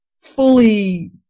fully